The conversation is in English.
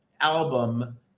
album